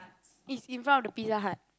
is in front of the Pizza-Hut